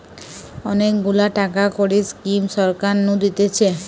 অনেক গুলা টাকা কড়ির স্কিম সরকার নু দিতেছে